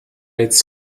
its